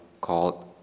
called